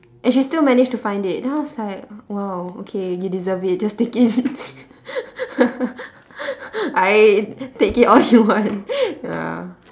and she still managed to find it then I was like !wow! okay you deserve it just take it I take it all you want ya